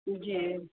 जी